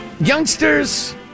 youngsters